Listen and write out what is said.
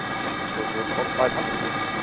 the zero zero corp five hundred sin,